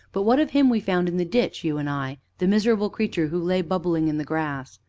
but what of him we found in the ditch, you and i the miserable creature who lay bubbling in the grass?